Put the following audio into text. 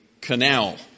Canal